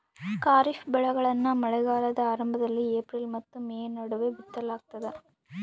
ಖಾರಿಫ್ ಬೆಳೆಗಳನ್ನ ಮಳೆಗಾಲದ ಆರಂಭದಲ್ಲಿ ಏಪ್ರಿಲ್ ಮತ್ತು ಮೇ ನಡುವೆ ಬಿತ್ತಲಾಗ್ತದ